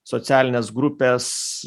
socialinės grupės